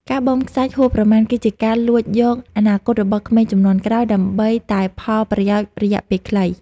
ការបូមខ្សាច់ហួសប្រមាណគឺជាការលួចយកអនាគតរបស់ក្មេងជំនាន់ក្រោយដើម្បីតែផលប្រយោជន៍រយៈពេលខ្លី។